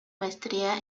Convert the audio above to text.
maestría